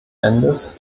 endes